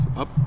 up